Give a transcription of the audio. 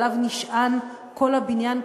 עליו נשען כל הבניין כולו.